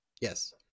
Yes